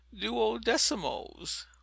duodecimos